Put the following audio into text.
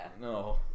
No